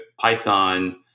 python